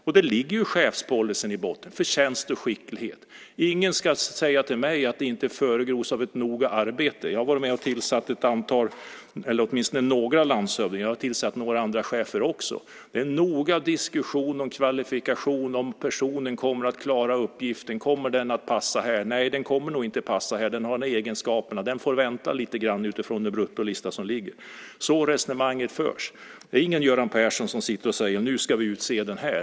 Chefspolicyn ligger i botten - förtjänst och skicklighet. Ingen ska säga till mig att det inte föregås av ett noggrant arbete. Jag har varit med och tillsatt några landshövdingar, och jag har tillsatt några andra chefer också. Det förs en noggrann diskussion om kvalifikation och om personen kommer att klara uppgiften. Kommer den personen att passa här? Nej, han eller hon kommer nog inte att passa här - han eller hon har de här egenskaperna. Den får vänta lite grann utifrån den bruttolista som finns. Det är så resonemanget förs. Det är ingen Göran Persson som sitter och säger: Nu ska vi utse den här personen!